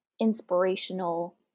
inspirational